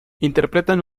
interpretan